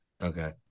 Okay